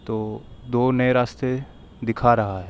تو دو نئے راستے دِکھا رہا ہے